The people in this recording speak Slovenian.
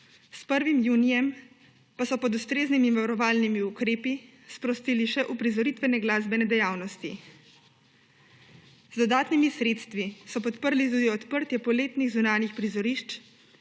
s 1. junijem pa so pod ustreznimi varovalnimi ukrepi sprostili še uprizoritvene glasbene dejavnosti. Z dodatnimi sredstvi so podprli tudi odprtje poletnih zunanjih prizorišč,